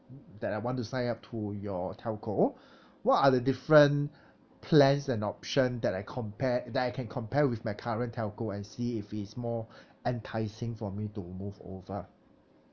that I want to sign up to your telco what are the different plans and option that I compare that I can compare with my current telco and see if it's more enticing for me to move over